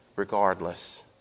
Regardless